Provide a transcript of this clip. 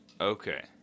Okay